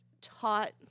taught